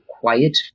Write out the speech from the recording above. quiet